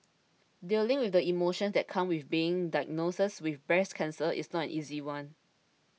dealing with the emotions that come with being diagnosed with breast cancer is not an easy one